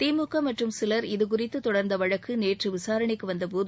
திமுக மற்றும் சிலர் இதுகுறித்து தொடர்ந்த வழக்கு நேற்று விசாரணைக்கு வந்தபோது